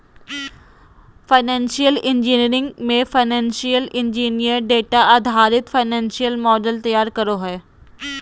financial engineering मे financial engineer data आधारित financial models तैयार करो हय